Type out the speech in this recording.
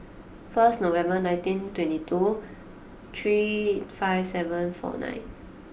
first November nineteen twenty two three five seven four nine